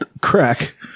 crack